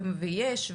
ויש,